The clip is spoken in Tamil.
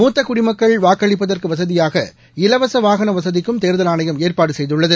மூத்த குடிமக்கள் வாக்களிப்பதற்கு வசதியாக இலவச வாகன வசதிக்கும் தேர்தல் ஆணையம் ஏற்பாடு செய்துள்ளது